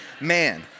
man